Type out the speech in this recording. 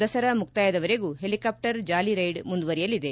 ದಸರಾ ಮುಕ್ತಾಯದವರೆಗೂ helicopter jolly ride ಮುಂದುವರೆಯಲಿದೆ